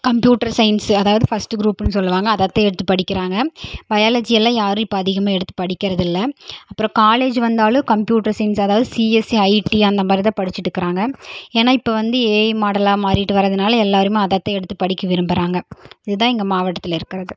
computer science அதாவது first குரூப்புன்னு சொல்லுவாங்க அதை தான் எடுத்து படிக்கிறாங்க பயாலஜி எல்லாம் யாரும் இப்போ அதிகமாக எடுத்து படிக்கிறது இல்லை அப்புறம் காலேஜ் வந்தாலும் கம்ப்யூட்டர் சயின்ஸ் அதாவது சிஎஸ்சி ஐடி அந்தமாதிரி தான் படிச்சுட்டு இருக்கிறாங்க ஏன்னால் இப்போ வந்து ஏஐ மாடலாக மாறிகிட்டு வர்றதுனால் எல்லாேருமே அதை தான் எடுத்து படிக்க விரும்புகிறாங்க இது தான் எங்கள் மாவட்டத்தில் இருக்கிறது